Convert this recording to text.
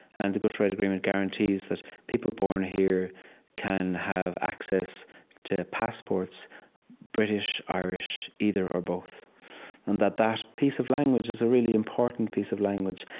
and the good friday agreement guarantees that people born here can have access to passports british, irish, either or both and that that piece of language is a really important piece of language.